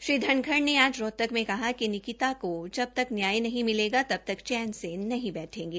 श्री धनखड़ ने आज रोहतक में कहा कि निकिता को जबतक न्याय नहीं मिलेगा तब तक चैन से नहीं बैठेंगे